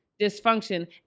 dysfunction